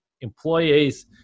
employees